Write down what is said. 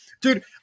dude